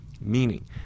Meaning